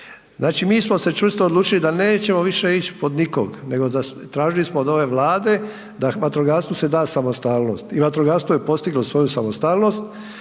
Znači mi smo se čvrsto odlučili da nećemo više ići pod nikog nego da tražili smo od ove Vlade da vatrogastvu se da samostalnost i vatrogastvo je postiglo svoju samostalnost